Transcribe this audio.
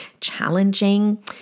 challenging